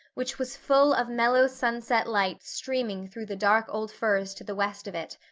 which was full of mellow sunset light streaming through the dark old firs to the west of it,